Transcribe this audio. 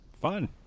Fun